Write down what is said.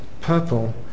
purple